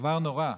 דבר נורא: